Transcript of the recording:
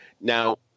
Now